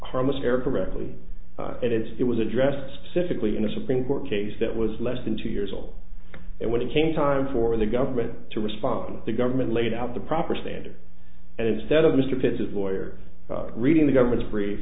commissaire correct it is it was addressed specifically in a supreme court case that was less than two years old and when it came time for the government to respond and the government laid out the proper standard and instead of mr pitts of lawyers reading the government's brief